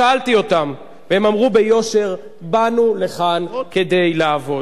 שאלתי אותם, והם אמרו ביושר: באנו לכאן כדי לעבוד.